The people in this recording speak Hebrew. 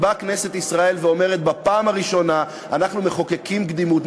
באה כנסת ישראל ואומרת: בפעם הראשונה אנחנו מחוקקים קדימות,